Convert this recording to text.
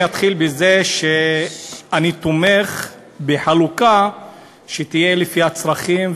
אני אתחיל בזה שאני תומך בחלוקה לפי הצרכים,